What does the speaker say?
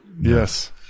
Yes